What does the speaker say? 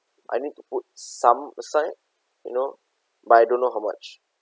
I need to put some aside you know but I don't know how much